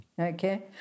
Okay